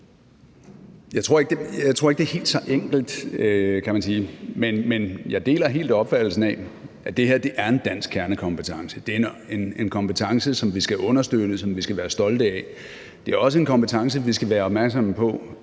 Jeg tror ikke, det er helt så enkelt, men jeg deler helt opfattelsen af, at det her er en dansk kernekompetence. Det er en kompetence, som vi skal understøtte, og som vi skal være stolte af. Det er også en kompetence, vi skal være opmærksomme på